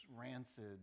rancid